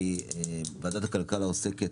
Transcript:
כי ועדת הכלכלה עוסקת